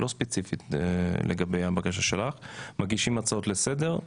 ספציפית לגבי הבקשה שלך מגישים הצעות לסדר,